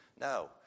No